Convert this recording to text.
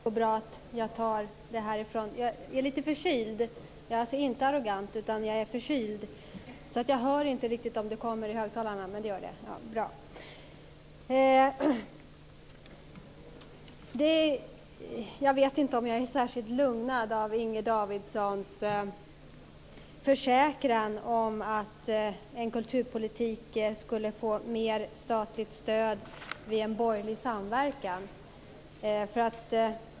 Fru talman! Jag är lite förkyld - jag är alltså inte arrogant - så jag hör inte riktigt om det jag säger kommer ut i högtalarna. Jag vet inte om jag är särskilt lugnad av Inger Davidsons försäkran om att en kulturpolitik skulle få mer statligt stöd vid en borgerlig samverkan.